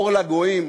אור לגויים,